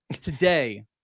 Today